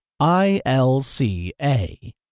ILCA